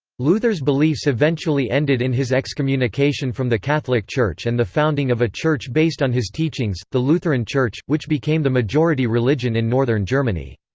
luther's beliefs eventually ended in his excommunication from the catholic church and the founding of a church based on his teachings the lutheran church, which became the majority religion in northern germany.